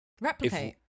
replicate